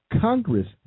Congress